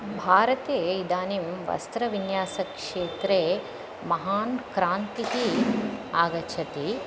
भारते इदानीं वस्त्रविन्यासक्षेत्रे महान् क्रान्तिः आगच्छति